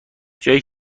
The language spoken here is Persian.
جایی